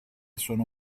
sono